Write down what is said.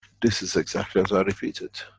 this is exactly as i repeat it.